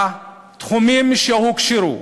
בתחומים שבהם הוכשרו,